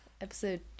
episode